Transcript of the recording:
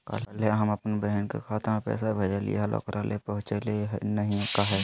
कल्हे हम अपन बहिन के खाता में पैसा भेजलिए हल, ओकरा ही पहुँचलई नई काहे?